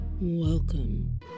Welcome